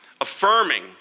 affirming